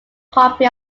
copy